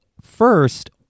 first